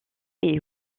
est